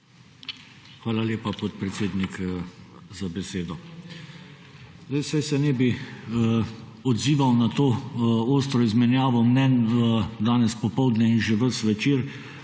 Hvala lepa, podpredsednik, za besedo. Saj se ne bi odzival na to ostro izmenjavo mnenje danes popoldne in že ves večer,